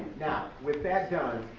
now with that done,